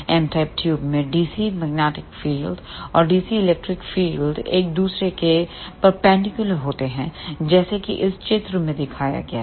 M type ट्यूबों में DC magnetic field और DC इलेक्ट्रिक फील्ड एक दूसरे के लंबवतपरपेंडिकुलर होते हैं जैसा कि इस चित्र में दिखाया गया है